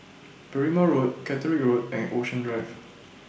Berrima Road Catterick Road and Ocean Drive